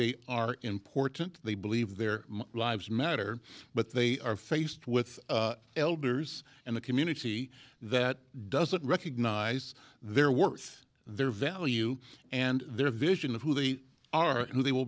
they are important they believe their lives matter but they are faced with elders and a community that doesn't recognize their worth their value and their vision of who they are who they will